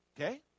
okay